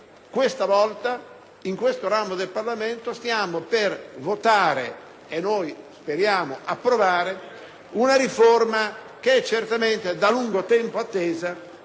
questa volta, in questo ramo del Parlamento, stiamo per votare - e noi speriamo approvare - una riforma che certamente è da lungo tempo attesa